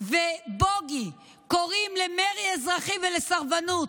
ובוגי קוראים למרי אזרחי ולסרבנות,